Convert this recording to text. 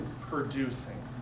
producing